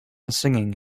singing